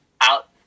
out